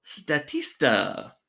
Statista